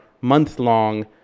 month-long